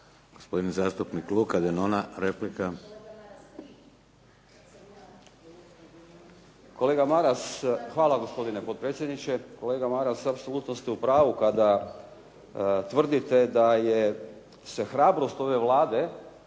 Gospodin zastupnik Luka Denona, replika. **Denona, Luka (SDP)** Kolega Maras, hvala gospodine potpredsjedniče. Kolega Maras, apsolutno ste u pravu kada tvrdite da se hrabrost ove Vlade